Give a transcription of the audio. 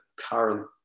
current